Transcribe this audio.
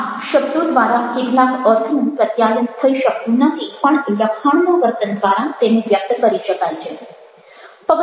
આમ શબ્દો દ્વારા કેટલાક અર્થનું પ્રત્યાયન થઈ શકતું નથી પણ લખાણના વર્તન દ્વારા તેને વ્યક્ત કરી શકાય છે